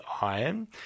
iron